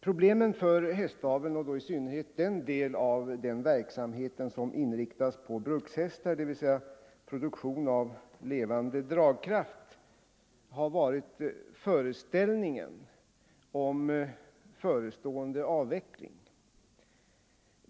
Problemet för hästaveln, och då i synnerhet den del av verksamheten som inriktas på brukshästar, dvs. produktion av levande dragkraft — har varit föreställningen om förestående avveckling.